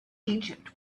egypt